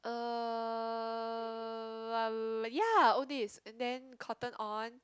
err ya all these and then Cotton On